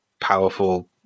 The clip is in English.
powerful